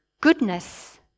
goodness